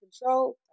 control